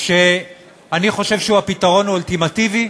שאני חושב שהוא הפתרון האולטימטיבי,